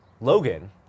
Logan